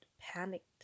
panicked